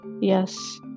yes